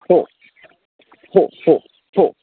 हो हो हो हो